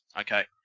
Okay